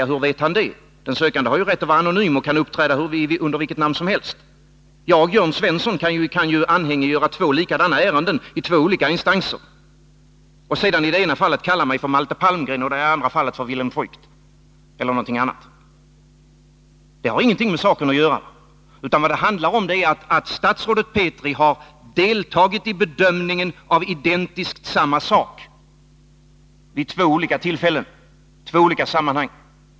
Hur vet Bertil Fiskesjö det? Den sökande har rätt att vara anonym och kan uppträda under vilket namn som helst. Jag, Jörn Svensson, kan anhängiggöra två likadana ärenden i två olika instanser och i det ena fallet kalla mig Malte Palmgren och i det andra fallet Vilhelm Voigt eller något annat. Det har ingenting med saken att göra. Vad det handlar om är att statsrådet Petri har deltagit i bedömningen av identiskt samma sak vid två olika tillfällen, i två olika sammanhang.